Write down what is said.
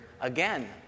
again